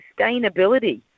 sustainability